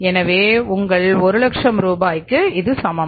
எனவே உங்கள் 100000 100000 க்கு சமம்